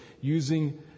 using